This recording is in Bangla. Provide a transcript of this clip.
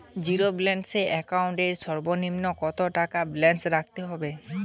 জীরো ব্যালেন্স একাউন্ট এর সর্বনিম্ন কত টাকা ব্যালেন্স রাখতে হবে?